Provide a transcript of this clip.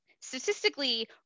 statistically